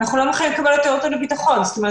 זאת אומרת,